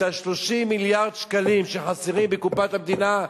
30 מיליארד השקלים שחסרים בקופת המדינה,